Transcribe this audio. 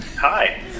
Hi